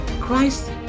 Christ